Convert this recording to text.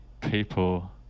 people